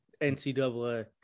NCAA